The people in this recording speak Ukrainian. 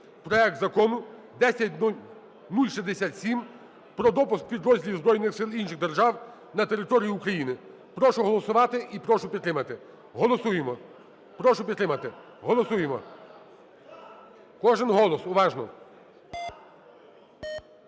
проект Закону 10067 про допуск підрозділів збройних сил інших держав на територію України. Прошу голосувати і прошу підтримати. Голосуємо. Прошу підтримати. Голосуємо. Кожен голос. Уважно.